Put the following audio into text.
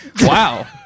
Wow